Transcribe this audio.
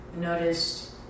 noticed